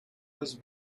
was